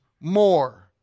more